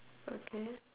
okay